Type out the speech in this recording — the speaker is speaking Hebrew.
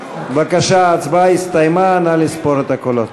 בבקשה, ההצבעה הסתיימה, נא לספור את הקולות.